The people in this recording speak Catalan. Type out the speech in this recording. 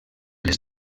les